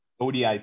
odi